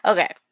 Okay